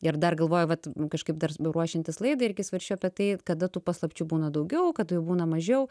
ir dar galvojau vat kažkaip dar ruošiantis laidai irgi svarsčiau apie tai kada tų paslapčių būna daugiau kada jų būna mažiau